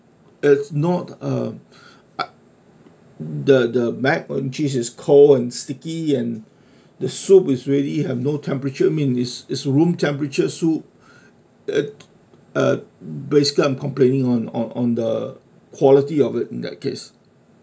it's not uh I the the mac and cheese is cold and sticky and the soup is already have no temperature I mean it's it's room temperature soup it uh basically I'm complaining on on on the quality of it in that case